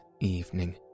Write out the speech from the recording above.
evening